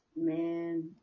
man